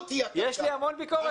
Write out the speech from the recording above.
יש לי המון ביקורת.